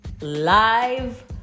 live